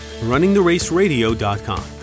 runningtheraceradio.com